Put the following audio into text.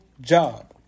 job